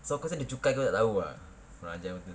so cause I need to cukai tak tahu ah kurang ajar betul